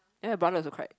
then my brother also cried